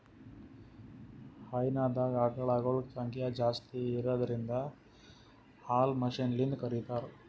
ಹೈನಾದಾಗ್ ಆಕಳಗೊಳ್ ಸಂಖ್ಯಾ ಜಾಸ್ತಿ ಇರದ್ರಿನ್ದ ಹಾಲ್ ಮಷಿನ್ಲಿಂತ್ ಕರಿತಾರ್